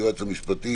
סגן היועץ המשפטי